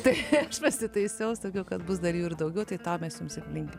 tai aš pasitaisiau sakiau kad bus dar jų ir daugiau tai tą mes jums ir linkim